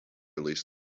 released